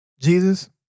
Jesus